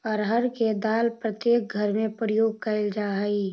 अरहर के दाल प्रत्येक घर में प्रयोग कैल जा हइ